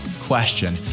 question